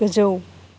गोजौ